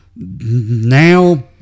Now